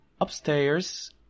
Upstairs